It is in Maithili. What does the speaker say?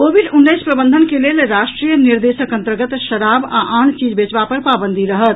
कोविड उन्नैस प्रबंधन के लेल राष्ट्रीय निदेशक अन्तर्गत शराब आ आन चीज बेचबा पर पाबंदी रहत